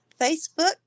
Facebook